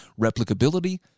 replicability